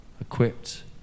equipped